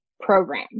program